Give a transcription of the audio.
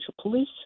Police